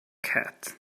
cat